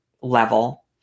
level